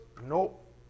Nope